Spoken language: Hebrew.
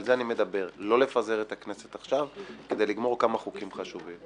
על זה אני מדבר לא לפזר את הכנסת עכשיו כדי לגמור כמה חוקים חשובים.